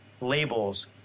labels